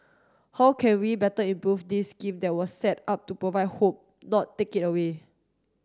how can we better improve this scheme that was set up to provide hope not take it away